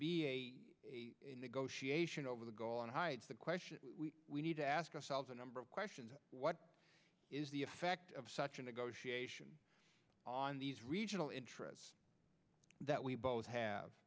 be a negotiation over the golan heights the question we need to ask ourselves a number of questions what is the effect of such a negotiation on these regional interests that we both have